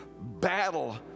battle